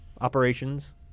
operations